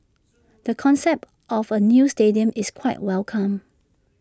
the concept of A new stadium is quite welcome